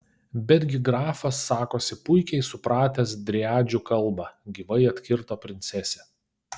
betgi grafas sakosi puikiai supratęs driadžių kalbą gyvai atkirto princesė